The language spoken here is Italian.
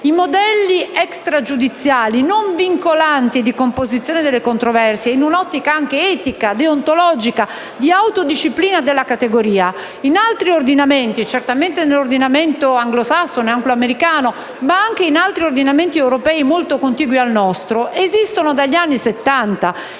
I modelli extragiudiziali non vincolanti di composizione delle controversie, in un'ottica anche etica e deontologica di autodisciplina della categoria, in altri ordinamenti (certamente nell'ordinamento anglosassone e in quello americano, ma anche in altri ordinamenti europei molto contigui al nostro), esistono dagli anni '70.